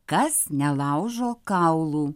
kas nelaužo kaulų